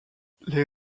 les